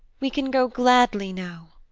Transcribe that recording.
we can go gladly now.